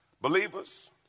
Believers